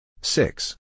Six